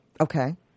Okay